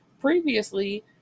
previously